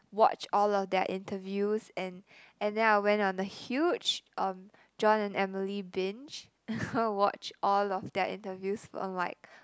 watch all of their interviews and and then I went on a huge um Jon and Emily binge watch all of their interviews for like